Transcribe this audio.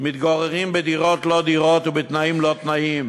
מתגוררים בדירות-לא-דירות ובתנאים-לא-תנאים